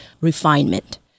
refinement